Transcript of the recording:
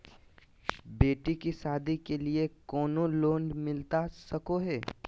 बेटी के सादी के लिए कोनो लोन मिलता सको है?